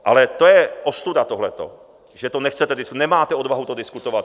Ale to je ostuda tohleto, že to nechcete, nemáte odvahu to tady diskutovat.